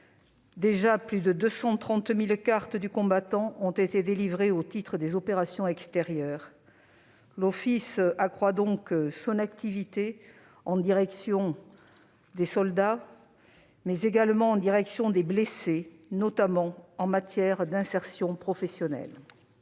Déjà plus de 230 000 cartes du combattant ont été délivrées au titre des opérations extérieures. L'Office accroît donc son activité en direction des soldats, mais également en direction des blessés, notamment en matière d'insertion professionnelle.